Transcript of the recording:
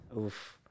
Oof